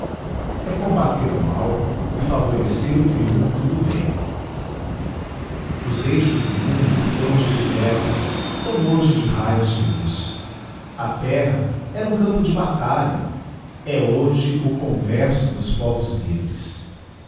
é combater o mal e favorecer o triumpho do bem digiti zedby google os eixos do mundo foram de ferro são hoje de raios de luz a terra era um campo de batalha éhoje o congresso dos povos livres